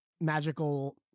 magical